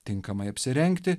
tinkamai apsirengti